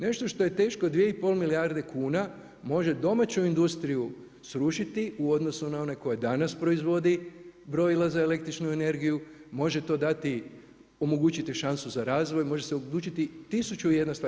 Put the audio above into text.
Nešto što je teško 2,5 milijarde kuna može domaću industriju srušiti u odnosu na one koje danas proizvodi brojila za električnu energiju, može to dati, omogućiti šansu za razvoj, može se odlučiti tisuću jedna stvar.